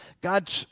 God